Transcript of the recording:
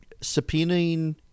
subpoenaing